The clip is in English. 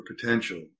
potential